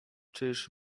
czyż